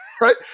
right